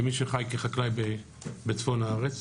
כמי שחי כחקלאי בצפון הארץ,